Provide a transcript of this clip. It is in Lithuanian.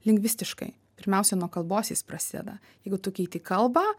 lingvistiškai pirmiausia nuo kalbos jis prasideda jeigu tu keiti kalbą